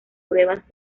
pruebas